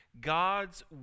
God's